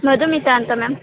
ಮಧುಮಿತಾ ಅಂತ ಮ್ಯಾಮ್